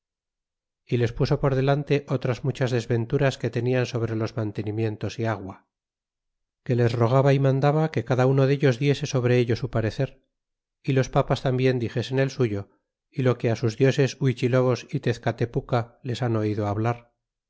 y les puso por delante otras muchas desventuras quo tenian sobre los mantenimientos y agua que les rogaba y mandaba que cada uno dedos diese sobre ello su parecer y los papas tambien dixesen el suyo y lo que sus dioses lluichilobos y tezeatepuca les han oido hablar